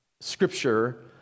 scripture